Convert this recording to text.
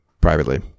privately